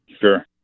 Sure